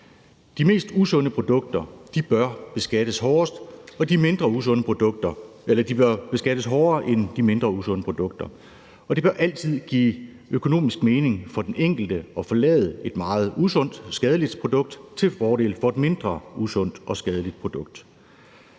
om skadesreduktion og proportionalitet. De mest usunde produkter bør beskattes hårdere end de mindre usunde produkter, og det bør altid give økonomisk mening for den enkelte at forlade et meget usundt og skadeligt produkt til fordel for et mindre usundt og mindre skadeligt produkt.